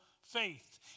faith